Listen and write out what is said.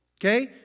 okay